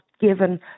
given